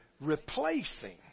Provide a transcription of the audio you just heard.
Replacing